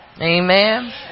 Amen